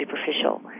superficial